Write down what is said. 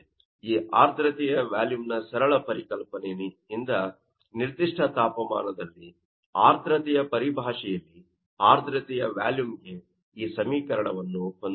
ಈ ಆರ್ದ್ರತೆಯ ವ್ಯಾಲುಮ್ ನ್ ಸರಳ ಪರಿಕಲ್ಪನೆಯಿಂದ ನಿರ್ಧಿಷ್ಟ ತಾಪಮಾನದಲ್ಲಿ ಆರ್ದ್ರತೆಯ ಪರಿಭಾಷೆಯಲ್ಲಿ ಆರ್ದ್ರತೆಯ ವ್ಯಾಲುಮ್ ಗೆ ಈ ಸಮೀಕರಣವನ್ನು ಹೊಂದಬಹುದು